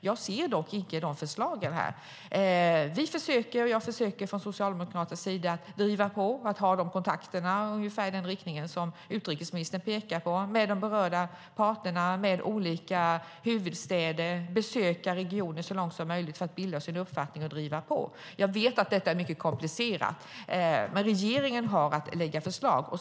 Jag ser dock inte de förslagen här. Jag försöker från socialdemokraternas sida att driva på och ha de kontakter i den riktningen som utrikesministern pekar på med de berörda parterna, med olika huvudstäder, genom att besöka regionen så långt det är möjligt för bilda mig en uppfattning för att driva på. Jag vet att detta är komplicerat, men regeringen har att lägga fram förslag.